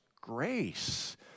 grace